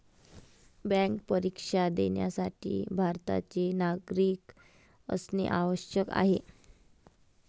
bank परीक्षा देण्यासाठी भारताचे नागरिक असणे आवश्यक आहे